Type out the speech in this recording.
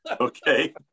Okay